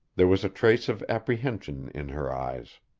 there was a trace of apprehension in her eyes.